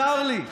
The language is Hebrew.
צר לי,